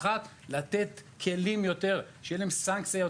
לתת יותר כלים בסעיף 31 מבחינת הסנקציות,